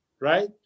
right